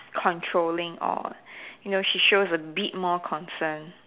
controlling or you know she shows a bit more concern